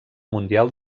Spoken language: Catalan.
mundial